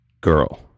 Girl